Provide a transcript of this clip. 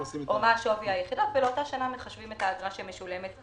מה שווי היחידות ולאותה שנה מחשבים את האגרה שמשולמת.